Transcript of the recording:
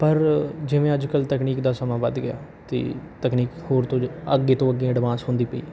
ਪਰ ਜਿਵੇਂ ਅੱਜ ਕੱਲ੍ਹ ਤਕਨੀਕ ਦਾ ਸਮਾਂ ਵੱਧ ਗਿਆ ਅਤੇ ਤਕਨੀਕ ਹੋਰ ਤੋਂ ਜ ਅੱਗੇ ਤੋਂ ਅੱਗੇ ਅਡਵਾਂਸ ਹੁੰਦੀ ਪਈ